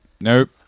nope